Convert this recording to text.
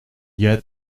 yet